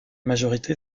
majorité